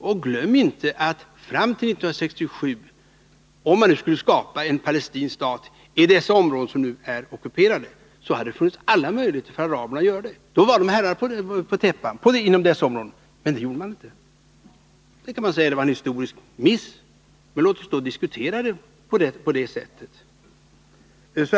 Och glöm inte att om man skulle vilja skapa en palestinsk stat i dessa områden, som nu är ockuperade, så hade det fram till 1967 funnits alla möjligheter för araberna att göra det, men det gjorde de inte. Då var de herrar inom dessa områden. Visst kan man säga att det var en historisk miss, men låt oss då diskutera frågan på det sättet.